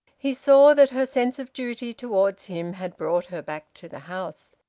he saw that her sense of duty towards him had brought her back to the house.